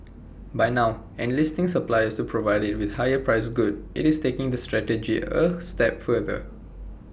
by now enlisting suppliers to provide IT with higher priced goods IT is taking that strategy A step further